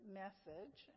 message